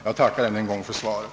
Jag tackar än en gång för svaret.